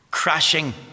crashing